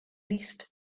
least